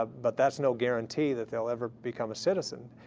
ah but that's no guarantee that they'll ever become a citizen.